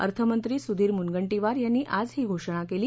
अर्थमंत्री सुधीर मुनगंटीवार यांनी आज ही घोषणा केली